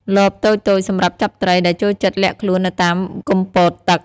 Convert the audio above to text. លបតូចៗ សម្រាប់ចាប់ត្រីដែលចូលចិត្តលាក់ខ្លួននៅតាមគុម្ពោតទឹក។